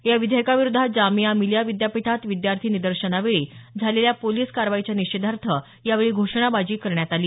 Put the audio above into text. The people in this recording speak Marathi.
या विधेयकाविरोधात जामिया मिलीया विद्यापीठात विद्यार्थी निदर्शंनांवेळी झालेल्या पोलिस कारवाईच्या निषेधार्थ यावेळी घोषणाबाजी करण्यात आली